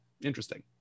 Interesting